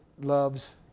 loves